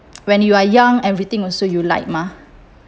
when you are young everything also you like mah